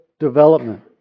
Development